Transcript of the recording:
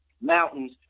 mountains